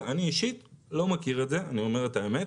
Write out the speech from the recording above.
אני אישית לא מכיר את זה, אני אומר את האמת.